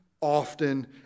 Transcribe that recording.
often